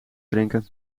drinken